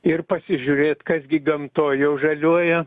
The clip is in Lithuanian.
ir pasižiūrėt kas gi gamtoj jau žaliuoja